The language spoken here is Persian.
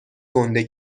گنده